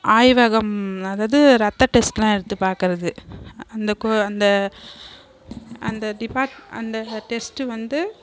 ஆய்வகம் அதாவது இரத்த டெஸ்ட்டெலாம் எடுத்து பார்க்குறது அந்த கு அந்த அந்த டிப்பார்ட் அந்த டெஸ்ட்டு வந்து